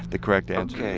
the correct answer. ok,